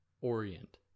Orient